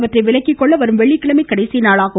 அவந்றை விலக்கிக் கொள்ள வரும் வெள்ளிக்கிமமை கடைசிநாளாகும்